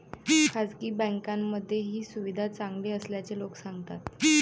खासगी बँकांमध्ये ही सुविधा चांगली असल्याचे लोक सांगतात